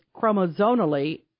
chromosomally